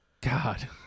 God